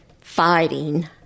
fighting